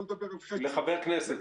לחבר כנסת.